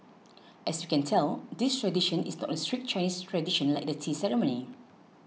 as you can tell this tradition is not a strict Chinese tradition like the tea ceremony